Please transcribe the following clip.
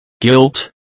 Guilt